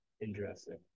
Interesting